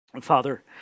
Father